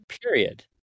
period